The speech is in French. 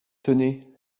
tenez